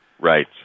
Right